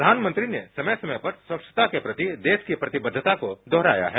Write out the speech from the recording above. प्रधानमंत्री ने समय समय पर स्वच्छता के प्रति देश की प्रतिबद्धता को दोहराया है